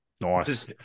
nice